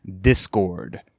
discord